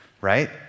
right